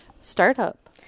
startup